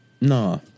Nah